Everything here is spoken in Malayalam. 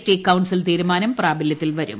ടി കൌൺസിൽ തീരുമാനം പ്രാബല്യത്തിൽ വരും